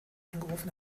eingeworfen